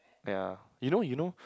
ya you know you know